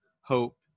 hope